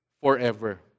forever